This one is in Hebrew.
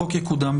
החוק יקודם.